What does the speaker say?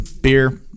Beer